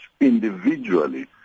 individually